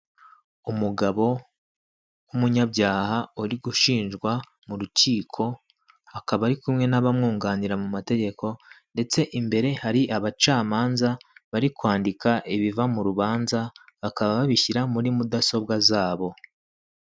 Umugabo w'umunyabyaha uri ushinjwa mu rukiko akaba ari kumwe n'abamwunganira mu mategeko ndetse imbere hari abacamanza bari kwandika ibiva mu rubanza bakaba babishyira muri mudasobwa zabo.